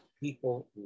people